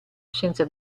senza